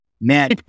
man